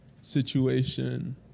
situation